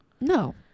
no